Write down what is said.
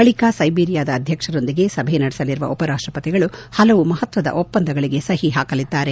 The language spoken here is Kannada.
ಬಳಿಕ ಸೈಬಿರಿಯಾದ ಅಧ್ಯಕ್ಷರೊಂದಿಗೆ ಸಭೆ ನಡೆಸಲಿರುವ ಉಪರಾಷ್ಟಪತಿಗಳು ಹಲವು ಮಹತ್ವದ ಒಪ್ಪಂದಗಳಗೆ ಸಹಿ ಹಾಕಲಿದ್ದಾರೆ